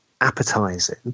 appetizing